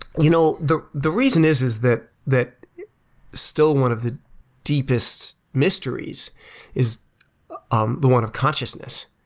you know the the reason is, is that that still one of the deepest mysteries is um the one of consciousness.